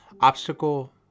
obstacle